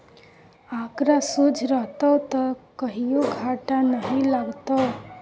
आंकड़ा सोझ रहतौ त कहियो घाटा नहि लागतौ